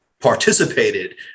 participated